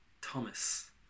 Thomas